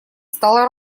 стало